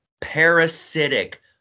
parasitic